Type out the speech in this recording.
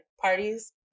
parties